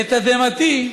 לתדהמתי,